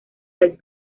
del